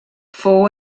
fou